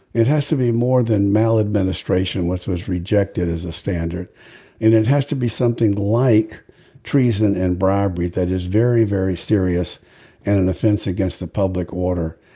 it has to be more than maladministration which was rejected as a standard. and it has to be something like treason and bribery. that is very very serious and an offense against the public order.